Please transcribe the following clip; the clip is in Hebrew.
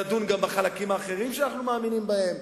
נדון גם בחלקים האחרים שאנחנו מאמינים בהם.